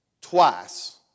twice